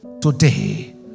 Today